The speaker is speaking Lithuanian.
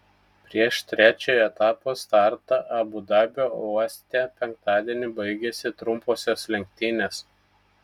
prieš trečiojo etapo startą abu dabio uoste penktadienį baigėsi trumposios lenktynės